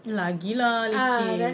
lagi lah leceh